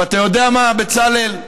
ואתה יודע מה, בצלאל,